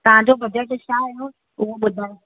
तव्हां जो बजट छा हुयो हू ॿुधायो